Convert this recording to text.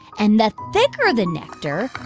and the thicker the nectar,